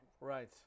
Right